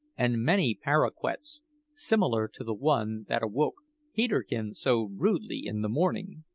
and many paroquets similar to the one, that awoke peterkin so rudely in the morning.